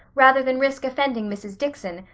rather than risk offending mrs. dickson,